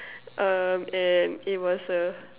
um and it was a